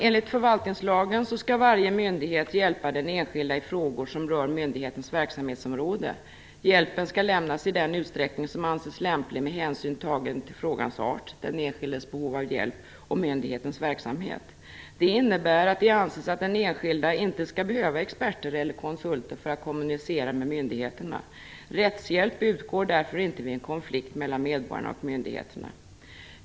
Enligt förvaltningslagen skall varje myndighet hjälpa den enskilda i frågor som rör myndighetens verksamhetsområde. Hjälpen skall lämnas i den utsträckning som anses lämplig med hänsyn tagen till frågans art, den enskildes behov av hjälp och myndighetens verksamhet. Det innebär att det anses att den enskilda inte skall behöva experter eller konsulter för att kommunicera med myndigheterna. Rättshjälp utgår därför inte vid en konflikt mellan medborgarna och myndigheterna.